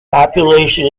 population